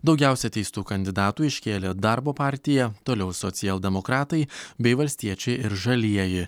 daugiausia teistų kandidatų iškėlė darbo partija toliau socialdemokratai bei valstiečiai ir žalieji